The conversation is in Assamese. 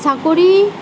চাকৰি